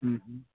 हुँ हुँ